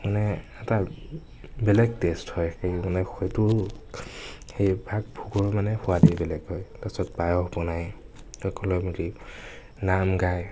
মানে এটা বেলেগ টেষ্ট হয় সেই মানে হয়তো সেইভাগ ভোগৰ মানে সোৱাদেই বেলেগ হয় তাৰপাছত পায়স বনাই সকলোৱে মিলি নাম গাই